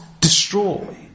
destroy